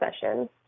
session